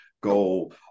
go